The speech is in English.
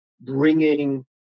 bringing